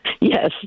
Yes